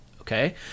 okay